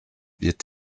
wird